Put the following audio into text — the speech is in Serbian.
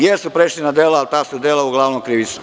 Jesu prešli na dela, ali ta su dela uglavnom krivična.